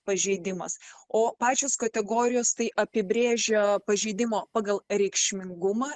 pažeidimas o pačios kategorijos tai apibrėžia pažeidimo pagal reikšmingumą